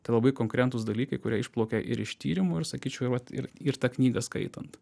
tai labai konkrentūs dalykai kurie išplaukia ir iš tyrimų ir sakyčiau vat ir ir tą knygą skaitant